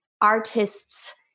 artists